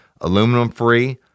Aluminum-free